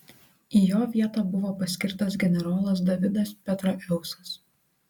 į jo vietą buvo paskirtas generolas davidas petraeusas